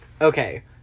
Okay